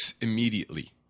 immediately